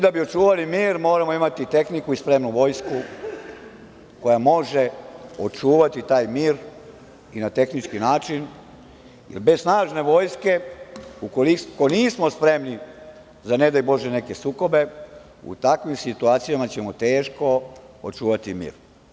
Da bi očuvali mir moramo imati tehniku i spremnu vojsku koja može očuvati taj mir i na tehnički način, jer bez snažne vojske, ako nismo spremni za ne daj Bože neke sukobe, u takvim situacijama ćemo teško očuvati mir.